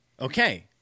Okay